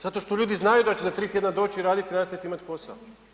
Zato što ljudi znaju da će za 3 tjedna doći i raditi i nastaviti i imati posao.